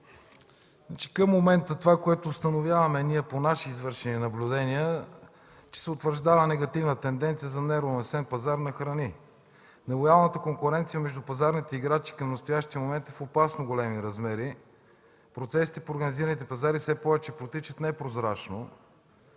Към момента това, което установяваме ние по наши извършени наблюдения, се утвърждава негативна тенденция за неуравновесен пазар на храни. Нелоялната конкуренция между пазарните играчи към настоящия момент е в опасно големи размери. Процесите в организираните пазари все повече протичат непрозрачно